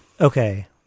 okay